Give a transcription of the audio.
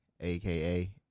aka